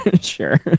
Sure